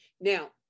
Now